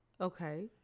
Okay